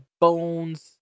bones